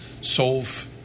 solve